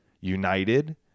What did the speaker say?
united